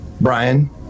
Brian